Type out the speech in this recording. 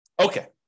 Okay